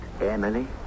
Emily